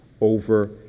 over